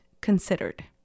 considered